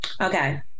Okay